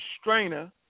strainer